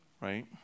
right